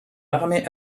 l’armée